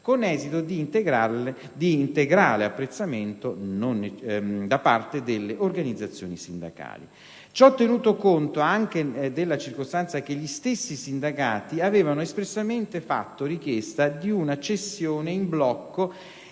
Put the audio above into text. con esito di integrale apprezzamento da parte delle organizzazioni sindacali. Ciò tenuto conto anche della circostanza che gli stessi sindacati avevano espressamente fatto richiesta di una cessione in blocco